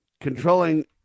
controlling